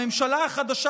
הממשלה החדשה,